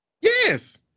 Yes